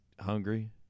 hungry